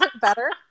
better